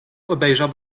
obejrzał